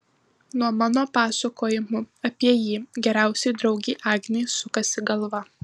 nuo mano pasakojimų apie jį geriausiai draugei agnei sukasi galva